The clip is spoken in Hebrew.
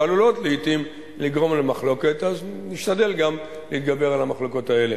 שעלולות לעתים לגרום למחלוקת - אז נשתדל גם להתגבר על המחלוקות האלה.